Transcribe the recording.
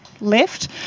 left